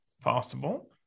possible